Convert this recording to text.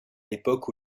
l’époque